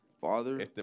Father